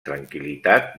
tranquil·litat